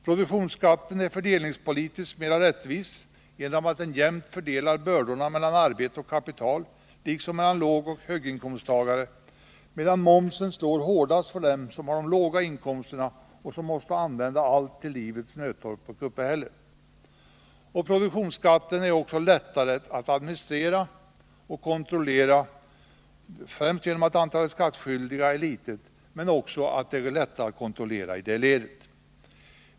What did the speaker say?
Produktionsskatten är fördelningspolitiskt mera rättvis på grund av att den jämnt fördelar bördorna mellan arbete och kapital, liksom mellan lågoch höginkomsttagare, medan momsen slår hårdast för dem som har så låga inkomster att de måste använda allt till livets nödtorft och uppehälle. 4. Produktionsskatten är lättare att administrera och kontrollera, främst därför att antalet skattskyldiga är litet men också därför att kontrollen blir lättare i det ledet.